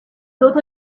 got